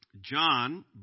John